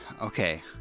Okay